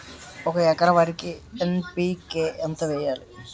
ఒక ఎకర వరికి ఎన్.పి కే ఎంత వేయాలి?